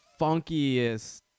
funkiest